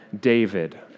David